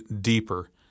deeper